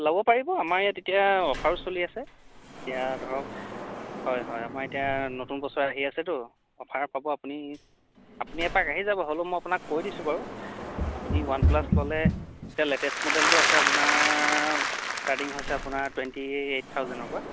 ল'ব পাৰিব আমাৰ ইয়াত এতিয়া অফাৰো চলি আছে এতিয়া ধৰক হয় হয় আমাৰ এতিয়া নতুন বছৰ আহি আছেতো অফাৰ পাব আপুনি আপুনি এপাক আহি যাব হ'লেও মই আপোনাক কৈ দিছোঁ বাৰু আপুনি ওৱান প্লাছ ল'লে এতিয়া লেটেষ্ট মডেলটো আছে আপোনাৰ ষ্টাৰ্টিং হৈছে আপোনাৰ টুৱেণ্টি এইট থাউজেণ্ডৰ পৰা